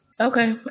Okay